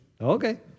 Okay